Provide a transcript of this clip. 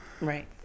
right